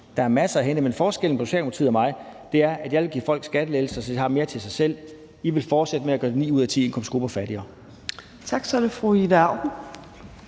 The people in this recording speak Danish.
Der er masser at hente. Men forskellen på Socialdemokratiet og mig er, at jeg vil give folk skattelettelser, så de har mere til sig selv. I vil fortsætte med at gøre ni ud af ti indkomstgrupper fattigere. Kl. 15:14 Anden næstformand